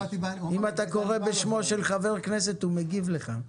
אם אתה קורא בשמו של חבר כנסת הוא מגיב לך.